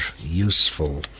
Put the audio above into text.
useful